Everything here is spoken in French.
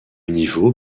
niveau